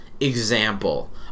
example